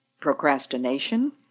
procrastination